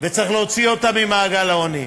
וצריך להוציא אותם ממעגל העוני.